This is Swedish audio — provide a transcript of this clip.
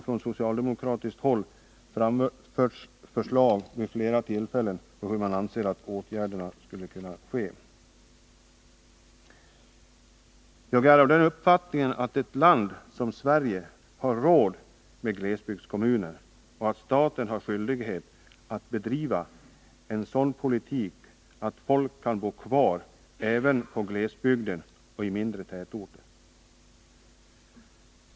Från socialdemokratiskt håll har vid flera tillfällen framförts förslag till åtgärder i det avseendet. Ett land som Sverige bör ha råd med glesbygdskommuner, och staten har skyldighet att bedriva en sådan politik att folk kan bo kvar även i glesbygden och i mindre tätorter.